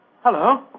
Hello